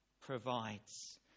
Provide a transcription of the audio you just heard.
provides